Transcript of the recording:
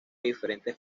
diferentes